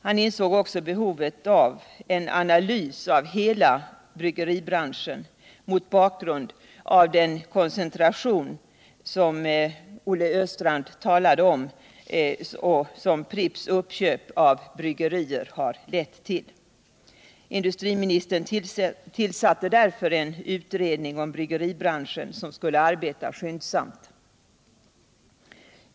Han insåg också behovet av en analys av hela bryggeribranschen mot bakgrund av den koncentration som Olle Östrand talade om och som Pripps uppköp av bryggerier har lett till. Industriministern tillsatte därför en utredning om bryggeribranschen som skulle arbeta skyndsamt.